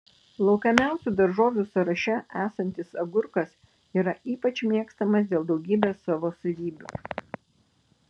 laukiamiausių daržovių sąraše esantis agurkas yra ypač mėgstamas dėl daugybės savo savybių